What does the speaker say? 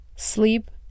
sleep